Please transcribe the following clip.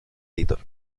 editor